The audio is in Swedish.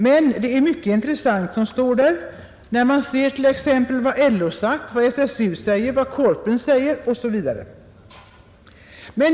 Men det är mycket intressant som står där. Det gäller t.ex. vad LO, SSU, Korpen m.fl. säger.